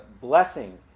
Blessing